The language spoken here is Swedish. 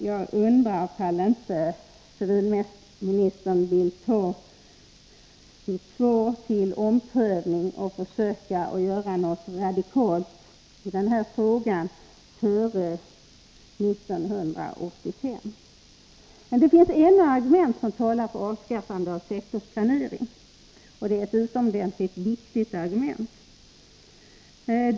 Jag undrar om inte civilministern vill ta sitt interpellationssvar under omprövning och försöka göra något radikalt i den här frågan före 1985. Det finns ännu ett argument som talar för avskaffande av sektorsplaneringen, och det är ett utomordentligt viktigt argument.